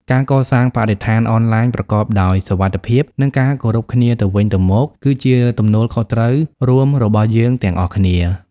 ការកសាងបរិស្ថានអនឡាញប្រកបដោយសុវត្ថិភាព និងការគោរពគ្នាទៅវិញទៅមក គឺជាទំនួលខុសត្រូវរួមរបស់យើងទាំងអស់គ្នា។